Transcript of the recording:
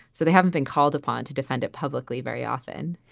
so they haven't been called upon to defend it publicly very often